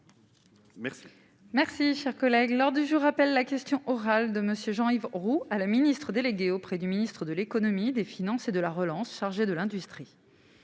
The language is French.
Merci, merci, chers collègue lors du jour appelle la question orale de monsieur Jean-Yves Roux à la Ministre délégué auprès du ministre de l'Économie, des finances et de la Relance chargée de l'industrie.